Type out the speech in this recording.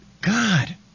God